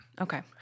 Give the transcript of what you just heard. Okay